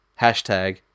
hashtag